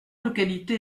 localité